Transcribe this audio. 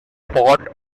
pot